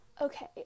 Okay